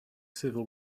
civil